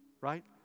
right